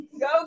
Go